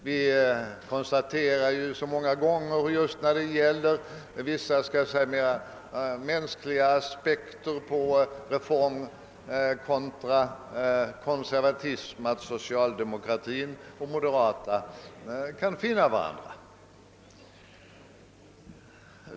Vi har många gånger när det gällt vissa mänskliga aspekter på en reform kontra konservatism konstaterat att socialdemokraterna och de moderata kan finna varandra.